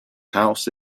house